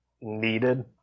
needed